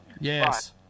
Yes